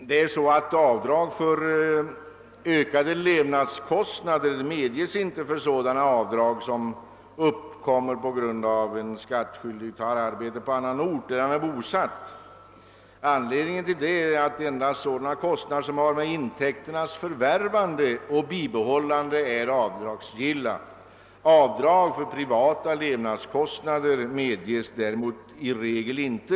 Herr talman! Avdrag för ökade levnadskostnader medges inte för sådana utgifter som uppkommer på grund av att skattskyldig tar arbete på annan ort än den där han är bosatt. Anledningen härtill är att endast sådana kostnader som har med intäkternas förvärvande och bibehållande att göra är avdragsgilla. Avdrag för privata levnadskostnader medges däremot i regel inte.